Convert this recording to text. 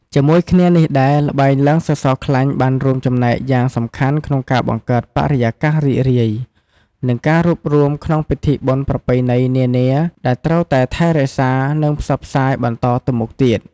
ជាមួយគ្នានេះដែរល្បែងឡើងសសរខ្លាញ់បានរួមចំណែកយ៉ាងសំខាន់ក្នុងការបង្កើតបរិយាកាសរីករាយ និងការរួបរួមក្នុងពិធីបុណ្យប្រពៃណីនានា ដែលត្រូវតែថែរក្សា និងផ្សព្វផ្សាយបន្តទៅមុខទៀត។